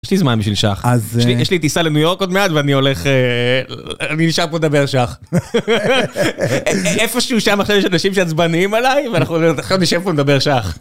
יש לי זמן בשבילך, יש לי טיסה לניו יורק עוד מעט ואני הולך, אני נשאר פה לדבר שח, איפשהו שם עכשיו יש אנשים שעצבנים עליי ואנחנו נשאר פה לדבר שח.